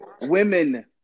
Women